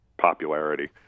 popularity